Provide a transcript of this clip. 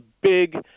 big